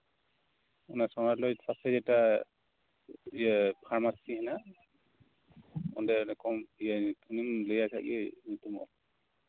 ᱚᱱᱟ ᱥᱟᱶᱟᱨ ᱞᱟᱭᱤᱴ ᱯᱟᱥᱮ ᱡᱮᱴᱟ ᱯᱷᱟᱨᱢᱮᱥᱤ ᱦᱮᱱᱟᱜᱼᱟ ᱚᱸᱰᱮᱱᱤᱡ ᱠᱚᱢᱯᱟᱣᱩᱱᱰᱟᱨ ᱧᱩᱛᱩᱢ ᱞᱟᱹᱭᱟᱭ ᱠᱷᱟᱡ ᱜᱮ ᱧᱩᱛᱩᱢᱮᱭ ᱚᱞ ᱛᱟᱢᱟ